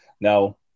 now